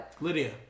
Lydia